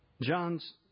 John's